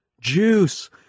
Juice